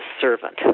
servant